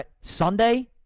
Sunday